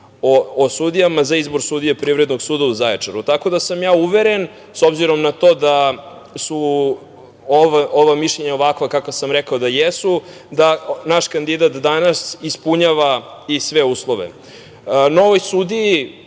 o sudijama za izbor sudije Privrednog suda u Zaječaru. Tako da sam ja uveren, s obzirom na to da su ova mišljenja ovakva kakva sam rekao da jesu, da naš kandidat danas ispunjava i sve uslove. Novoj